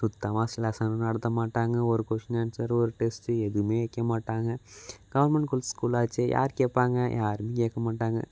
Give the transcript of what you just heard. சுத்தமாக ஸ் லெசனும் நடத்த மாட்டாங்க ஒரு கொஷின் ஆன்சரு ஒரு டெஸ்ட்டு எதுவுமே வைக்க மாட்டாங்க கவர்மெண்ட் கூல் ஸ்கூலாச்சே யார் கேட்பாங்க யாரும் கேட்க மாட்டாங்க